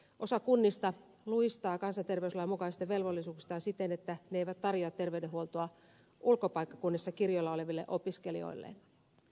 osa kunnista luistaa kansanterveyslain mukaisista velvollisuuksistaan siten että ne eivät tarjoa terveydenhuoltoa muilla paikkakunnilla kirjoilla oleville opiskelijoille